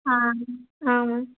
ஆ ஆமாம்